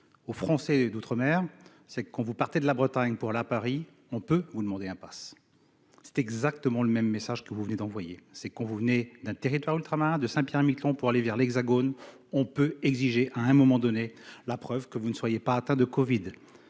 aux Français d'outre- mer c'est con, vous partez de la Bretagne pour la à Paris, on peut vous demander un Pass, c'est exactement le même message que vous venez d'envoyer ces cons vous venez d'un territoire ultramarin de Saint-Pierre-et-Miquelon pour aller vers l'Hexagone on peut exiger, à un moment donné la preuve que vous ne soyez pas atteints de Covid